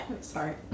Sorry